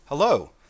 Hello